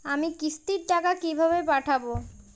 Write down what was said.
আমি কিস্তির টাকা কিভাবে পাঠাব?